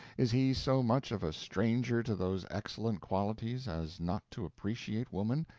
is he so much of a stranger to those excellent qualities as not to appreciate woman,